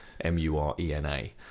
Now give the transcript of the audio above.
M-U-R-E-N-A